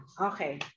Okay